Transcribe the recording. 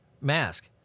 mask